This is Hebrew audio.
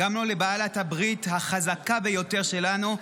גם לא לבעלת הברית החזקה ביותר שלנו,